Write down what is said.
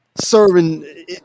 serving